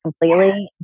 completely